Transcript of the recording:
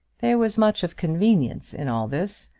there was much of convenience in all this,